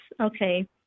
Okay